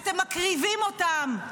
אתם מקריבים אותם.